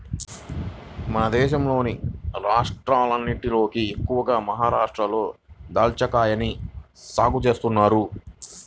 మన దేశంలోని రాష్ట్రాలన్నటిలోకి ఎక్కువగా మహరాష్ట్రలో దాచ్చాకాయల్ని సాగు చేత్తన్నారు